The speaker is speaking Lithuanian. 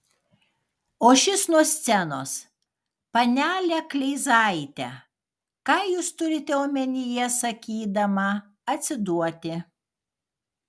o šis nuo scenos panele kleizaite ką jūs turite omenyje sakydama atsiduoti